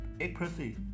accuracy